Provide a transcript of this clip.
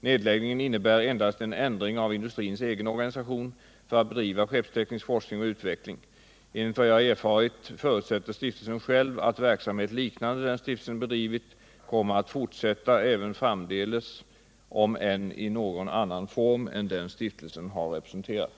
Nedläggningen innebär endast en ändring av industrins egen organisation för att bedriva skeppsteknisk forskning och utveckling. Enligt vad jag har erfarit förutsätter stiftelsen själv att verksamhet liknande den stiftelsen bedrivit kommer att fortsätta även framdeles om än i något annan form än den stiftelsen har representerat.